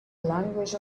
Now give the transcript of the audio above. language